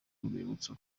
rwibutso